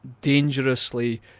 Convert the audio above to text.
dangerously